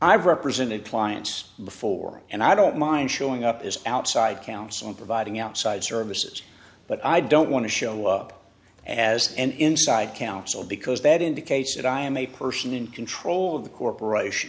i've represented clients before and i don't mind showing up as outside counsel and providing outside services but i don't want to show up as an inside counsel because that indicates that i am a person in control of the corporation